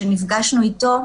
שנפגשנו איתו,